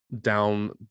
down